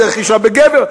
"דרך אשה בגבר",